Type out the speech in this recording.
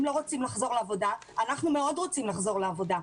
לא רוצים לחזור לעבודה אבל אנחנו מאוד רוצים לחזור לעבודה.